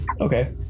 Okay